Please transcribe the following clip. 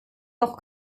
noch